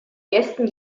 gästen